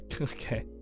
okay